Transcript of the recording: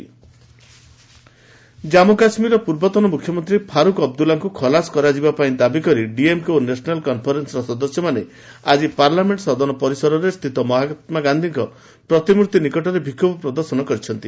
parliament protest ଜନ୍ମୀ କାଶ୍ମୀରର ପୂର୍ବତନ ମୁଖ୍ୟମନ୍ତ୍ରୀ ଫାରୁକ୍ ଅବଦୁଲ୍ଲାଙ୍କୁ ଖଲାସ କରାଯିବାପାଇଁ ଦାବି କରି ଡିଏମ୍କେ ଓ ନ୍ୟାସନାଲ୍ କନ୍ଫରେନ୍ସର ସଦସ୍ୟମାନେ ଆକି ପାର୍ଲାମେଣ୍ଟ ସଦନ ପରିସରରେ ସ୍ଥିତ ମହାତ୍ମାଗାନ୍ଧିଙ୍କ ପ୍ରତିମୂର୍ତ୍ତି ନିକଟରେ ବିକ୍ଷୋଭ ପ୍ରଦର୍ଶନ କରିଛନ୍ତି